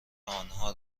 آنها